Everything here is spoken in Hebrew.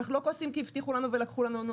אנחנו לא כועסים כי הבטיחו לנו ולקחו לנו,